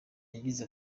yagize